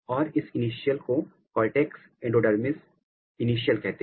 और इस इनिशियल को कॉर्टेक्स एंडोडर्मिस इनिशियल कहते हैं